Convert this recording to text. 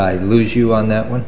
i lose you on that one